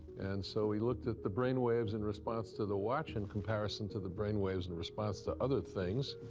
and so we looked at the brain waves in response to the watch in comparison to the brain waves in response to other things.